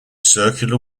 circular